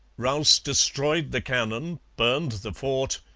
rous destroyed the cannon, burned the fort,